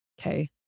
Okay